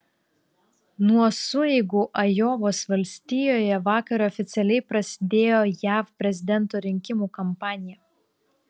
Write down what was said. nuo sueigų ajovos valstijoje vakar oficialiai prasidėjo jav prezidento rinkimų kampanija